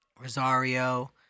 Rosario